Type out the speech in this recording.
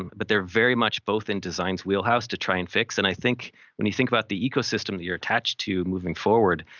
but they're very much both in design's wheelhouse to try and fix. and i think when you think about the ecosystem that you're attached to moving forward,